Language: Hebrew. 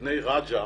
וזקני ראג'ה